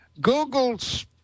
Google's